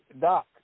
Doc